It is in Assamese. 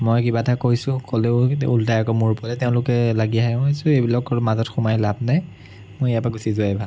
মই কিবা এটা কৈছোঁ ক'লেও উল্টাই আকৌ মোৰ ওপৰতে তেওঁলোকে লাগি আহে মই ভাবিছোঁ এইবিলাকৰ মাজত সোমাই লাভ নাই মই ইয়াৰপৰা গুছি যোৱাই ভাল